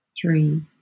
three